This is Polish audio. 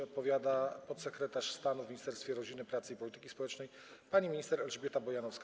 Odpowiada podsekretarz stanu w Ministerstwie Rodziny, Pracy i Polityki Społecznej pani minister Elżbieta Bojanowska.